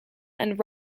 and